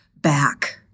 back